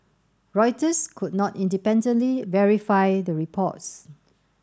Reuters could not independently verify the reports